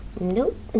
Nope